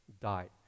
died